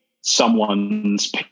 someone's